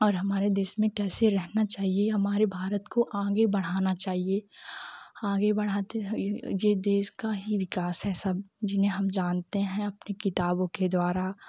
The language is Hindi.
और हमारे देश में कैसे रहना चाहिए हमारे भारत को आगे बढ़ाना चाहिए आगे बढ़ाते यह यह देश का ही विकास है सब जिन्हें हम जानते हैं अपने किताबों के द्वारा